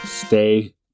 Stay